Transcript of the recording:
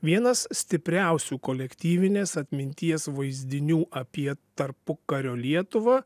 vienas stipriausių kolektyvinės atminties vaizdinių apie tarpukario lietuvą